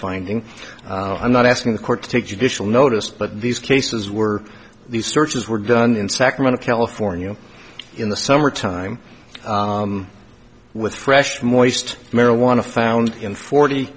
finding i'm not asking the court to take judicial notice but these cases were these searches were done in sacramento california in the summer time with fresh more east marijuana found in forty